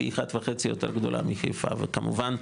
פי אחת וחצי יותר גדולה מחיפה וכמובן,